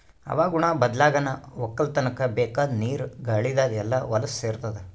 ಹವಾಗುಣ ಬದ್ಲಾಗನಾ ವಕ್ಕಲತನ್ಕ ಬೇಕಾದ್ ನೀರ ಗಾಳಿದಾಗ್ ಎಲ್ಲಾ ಹೊಲಸ್ ಸೇರತಾದ